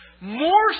more